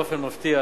באופן מפתיע,